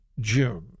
June